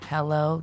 Hello